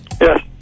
Yes